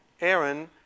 Aaron